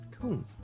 Cool